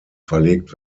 verlegt